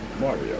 Mario